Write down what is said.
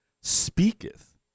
speaketh